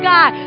God